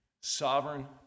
sovereign